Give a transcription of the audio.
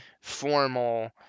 formal